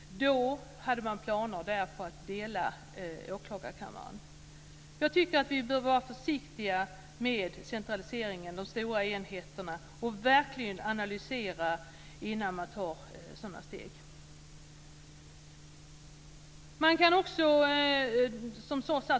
Där hade man planer på att dela åklagarkammaren. Jag tycker att vi bör vara försiktiga med centraliseringen och de stora enheterna och verkligen analysera innan man tar sådana steg.